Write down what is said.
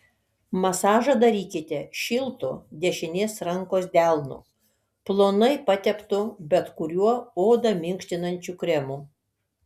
masažą darykite šiltu dešinės rankos delnu plonai pateptu bet kuriuo odą minkštinančiu kremu